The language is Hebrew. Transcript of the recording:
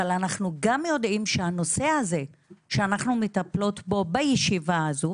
אבל אנחנו גם יודעים שהנושא הזה שאנחנו מטפלות בו בישיבה הזו,